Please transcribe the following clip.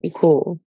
cool